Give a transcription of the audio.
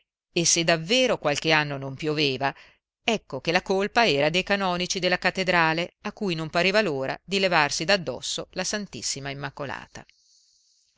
e se davvero qualche anno non pioveva ecco che la colpa era dei canonici della cattedrale a cui non pareva l'ora di levarsi d'addosso la ss immacolata